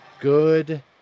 good